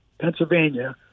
Pennsylvania